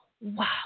wow